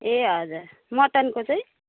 ए हजुर मटनको चाहिँ